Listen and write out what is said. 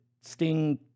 Sting